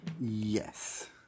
yes